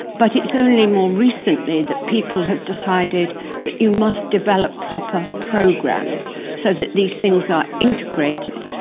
but it's only more recently that people have decided that you must develop proper programs so that these things are integrated.